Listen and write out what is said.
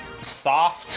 soft